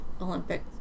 Olympic